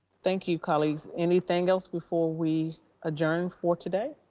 thank you, colleagues, anything else before we adjourn for today?